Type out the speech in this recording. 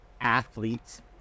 athletes